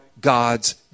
God's